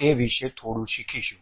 તે વિશે થોડું શીખીશું